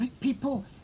people